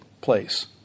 place